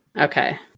okay